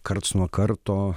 karts nuo karto